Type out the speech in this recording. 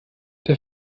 der